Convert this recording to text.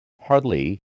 hardly